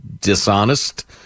dishonest